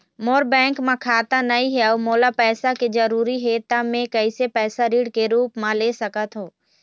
मोर bank म खाता नई हे अउ मोला पैसा के जरूरी हे त मे कैसे पैसा ऋण के रूप म ले सकत हो?